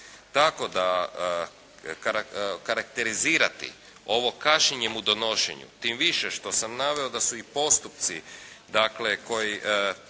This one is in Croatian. Tako da karakterizirati ovo kašnjenje u donošenju tim više što sam naveo i da su postupci dakle